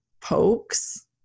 pokes